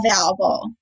available